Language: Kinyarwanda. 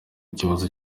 kibazo